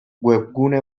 webgune